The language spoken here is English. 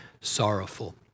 sorrowful